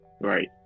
Right